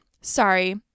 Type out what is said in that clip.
Sorry